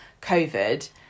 Covid